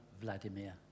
Vladimir